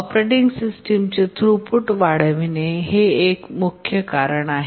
operating सिस्टमचे throughput वाढविणे हे मुख्य कारण आहे